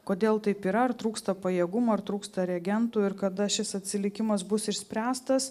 kodėl taip yra ar trūksta pajėgumų ar trūksta reagentų ir kada šis atsilikimas bus išspręstas